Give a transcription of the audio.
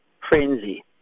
frenzy